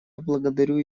благодарю